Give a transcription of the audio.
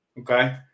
Okay